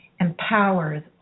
empowers